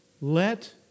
Let